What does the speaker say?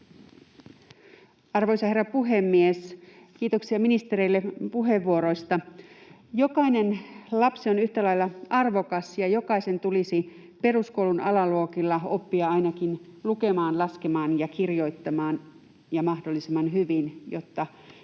Arvoisa herra puhemies! Kiitoksia ministereille puheenvuoroista. Jokainen lapsi on yhtä lailla arvokas, ja jokaisen tulisi peruskoulun alaluokilla oppia ainakin lukemaan, laskemaan ja kirjoittamaan, ja mahdollisimman hyvin, jotta